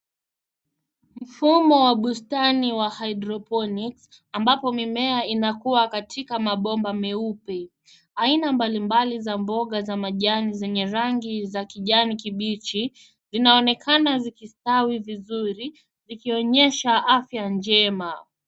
Mfumo wa bustani wa hydroponics ambapo mimea inakuwa katika mabomba meupe. Aina mbalimbali za mboga za majani zenye rangi ya kijani kibichi, zinaonekana zikistawi vizuri zikionyesha afya njema.